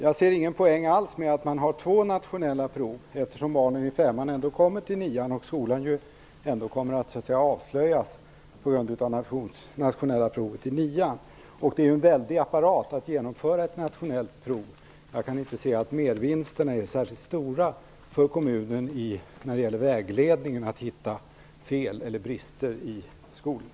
Jag ser ingen poäng alls med att man har två nationella prov, eftersom barnen i femman ändå kommer till nian och skolan kommer att så att säga avslöjas på grund av nationella prov i nian. Det är en väldig apparat att genomföra ett nationellt prov. Jag kan inte se att mervinsterna för kommunen är särskilt stora när det gäller att hitta fel eller brister i skolan.